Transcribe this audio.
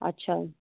अच्छा